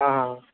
ହଁ ହଁ